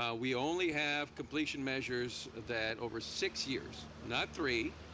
yeah we only have completion measures that over six years not three,